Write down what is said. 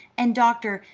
and, doctor,